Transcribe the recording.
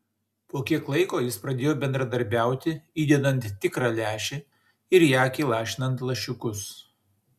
po kiek laiko jis pradėjo bendradarbiauti įdedant tikrą lęšį ir į akį lašinant lašiukus